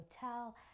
hotel